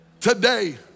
Today